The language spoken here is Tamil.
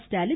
ஸ்டாலின்